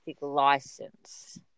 license